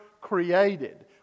created